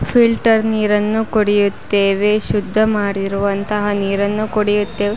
filter ನೀರನ್ನು ಕುಡಿಯುತ್ತೇವೆ ಶುದ್ಧ ಮಾಡಿರುವಂತಹ ನೀರನ್ನು ಕುಡಿಯುತ್ತೇವೆ